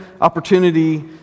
opportunity